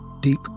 Deep